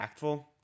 impactful